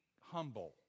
Humble